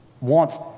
wants